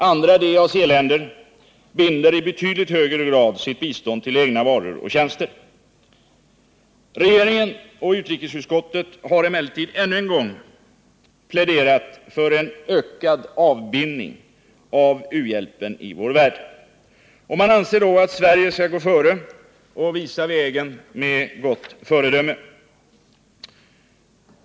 Andra DAC-länder binder i betydligt högre grad sitt bistånd till egna varor och tjänster. Regeringen och utrikesutskottet har emellertid ännu en gång pläderat för en ökad avbindning av u-hjälpen i vår värld. Och man anser då att Sverige skall gå före och visa vägen och vara ett gott föredöme.